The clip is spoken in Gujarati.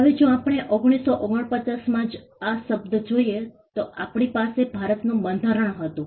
હવે જો આપણે 1949 માં જ આ શબ્દ જોઈએ તો આપણી પાસે ભારતનું બંધારણ હતું